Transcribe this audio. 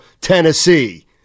Tennessee